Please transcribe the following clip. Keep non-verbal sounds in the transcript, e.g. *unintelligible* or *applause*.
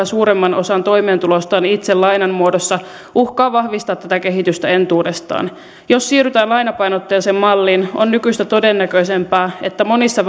*unintelligible* suuremman osan toimeentulostaan itse lainan muodossa uhkaa vahvistaa tätä kehitystä entuudestaan jos siirrytään lainapainotteiseen malliin on nykyistä todennäköisempää että monissa *unintelligible*